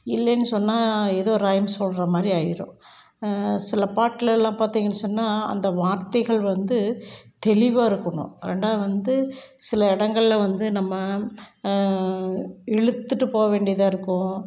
இல்லேனு சொன்னால் ஏதோ ரைம்ஸ் சொல்கிற மாதிரி ஆயிடும் சில பாட்டிலலாம் பார்த்திங்னு சொன்னால் அந்த வார்த்தைகள் வந்து தெளிவாக இருக்குணும் ரெண்டாவது வந்து சில இடங்கள்ல வந்து நம்ம இழுத்துட்டு போக வேண்டியதாக இருக்கும்